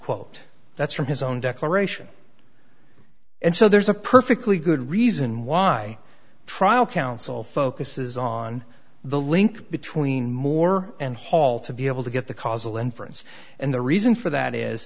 quote that's from his own declaration and so there's a perfectly good reason why trial counsel focuses on the link between moore and hall to be able to get the causal inference and the reason for that is